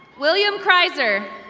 william cryzer.